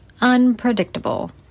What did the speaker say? unpredictable